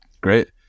Great